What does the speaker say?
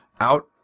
out